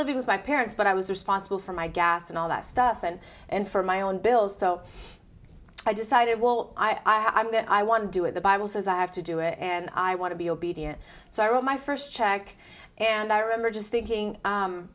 living with my parents but i was responsible for my gas and all that stuff and and for my own bills so i decided well i am that i want to do it the bible says i have to do it and i want to be obedient so i wrote my first check and i remember just thinking